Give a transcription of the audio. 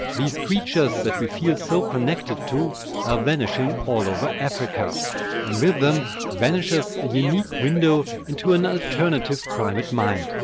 these creatures that we feel so connected to are ah vanishing all over africa. and with them vanishes a unique window into an alternative primate mind.